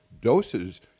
doses